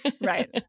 right